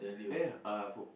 ya uh poke